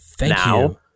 now